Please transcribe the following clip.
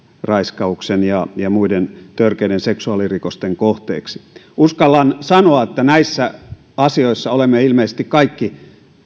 raiskauksen ja ja muiden törkeiden seksuaalirikosten kohteeksi uskallan sanoa että näissä asioissa olemme ilmeisesti kaikki